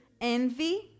Envy